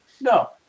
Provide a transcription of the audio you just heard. no